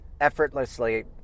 effortlessly